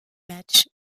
matchs